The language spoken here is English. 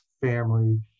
family